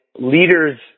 leaders